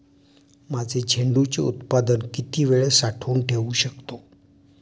माझे झेंडूचे उत्पादन किती वेळ साठवून ठेवू शकतो?